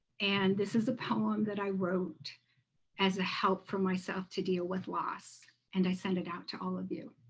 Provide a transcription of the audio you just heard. and this is a poem that i wrote as a help for myself to deal with loss and send it out to all of you.